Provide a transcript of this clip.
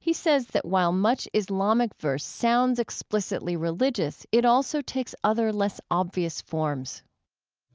he says that while much islamic verse sounds explicitly religious, it also takes other less obvious forms